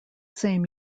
same